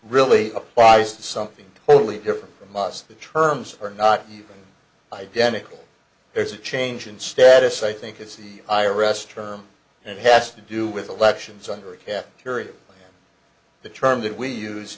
really applies to something totally different from us the terms are not even identical there's a change in status i think it's the i rest term that has to do with elections under a cafeteria the term that we use